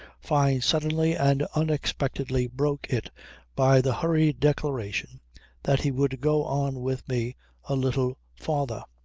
fyne suddenly and unexpectedly broke it by the hurried declaration that he would go on with me a little farther.